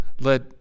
let